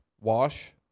Wash